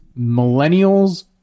Millennials